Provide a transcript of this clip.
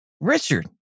Richard